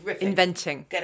inventing